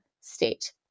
State